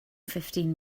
fifteen